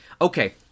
okay